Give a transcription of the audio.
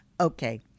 Okay